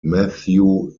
matthew